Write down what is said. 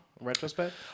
retrospect